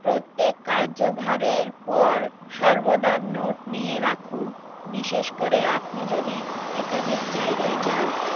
প্রত্যেক কার্যভারের পর সর্বদার নোট নিয়ে রাখুন বিশেষ করে আপনি যদি একাধিক জায়গায় যান